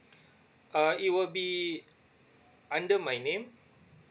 uh it would be under my name